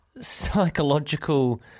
psychological